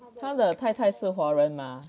他的太太是华人吗